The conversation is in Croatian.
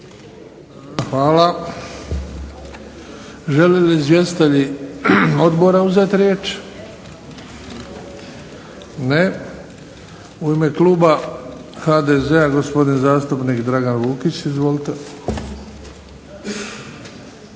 Hvala. Žele li izvjestitelji odbora uzeti riječ? Ne. U ime kluba HDZ-a gospodin zastupnik Dragan Vukić, izvolite.